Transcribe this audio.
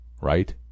Right